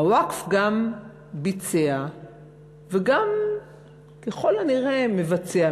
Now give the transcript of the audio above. הווקף גם ביצע וגם ככל הנראה מבצע,